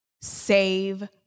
Save